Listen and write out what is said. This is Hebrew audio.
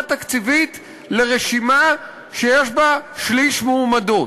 תקציבית לרשימה שיש בה שליש מועמדות.